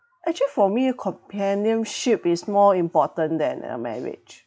actually for me companionship is more important than a marriage